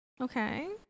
Okay